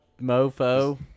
mofo